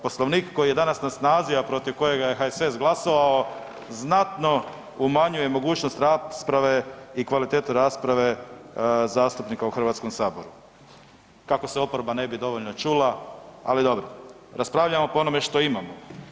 Poslovnik koji je danas na snazi, a protiv kojega je HSS glasovao, znatno umanjuje mogućnost rasprave i kvalitetu rasprave zastupnika u HS, kako se oporba ne bi dovoljno čula, ali dobro, raspravljamo po onome što imamo.